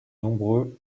nombreux